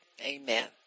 Amen